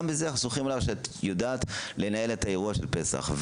וגם בזה אנחנו סומכים עליך שאת יודעת לנהל את האירוע של פסח.